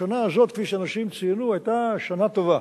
השנה הזאת, כפי שאנשים ציינו, היתה שנה טובה.